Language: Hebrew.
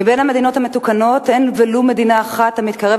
מבין המדינות המתוקנות אין ולו מדינה אחת המתקרבת